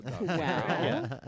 Wow